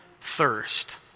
thirst